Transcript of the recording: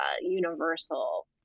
universal